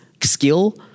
skill